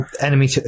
Enemy